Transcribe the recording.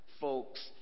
folks